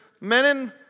men